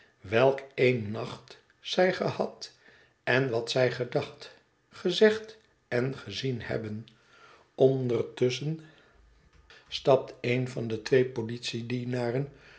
welk een nacht zij gehad en wat zij gedacht gezegd en gezien hebben ondertusschen stapt een van de twee politiedienaren